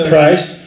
Price